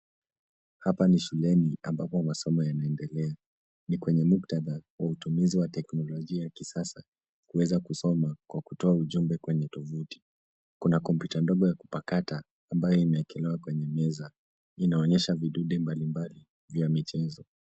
Hapa ni shuleni ,ambapo masomo yanaendelea. Ni kwenye muktadha wa utumizi wa teknolojia ya kisasa kuweza kusoma, kwa kutoa ujumbe kwenye tovuti. Kuna kompyuta ndogo ya kupakata ambayo imewekelewa kwenye meza. Inaonyesha vidude mbalimbali vya michezo.